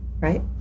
right